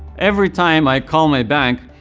every time i call my bank,